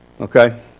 Okay